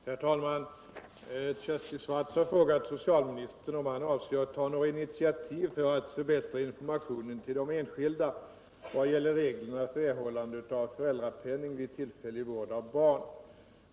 Herr talman! Kersti Swartz har frågat socialministern om han avser att ta några initiativ för att förbättra informationen till de enskilda vad gäller reglerna för erhållande av föräldrapenning för tillfällig vård av barn.